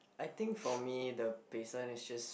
I think for me the baseline is just